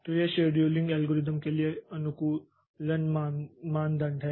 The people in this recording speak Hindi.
तो ये शेड्यूलिंग एल्गोरिदम के लिए अनुकूलन मानदंड हैं